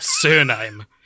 surname